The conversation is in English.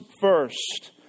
first